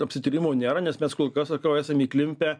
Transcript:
apsitrynimo nėra nes mes kol kas sakau esam įklimpę